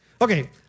okay